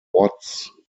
watts